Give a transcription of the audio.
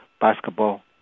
basketball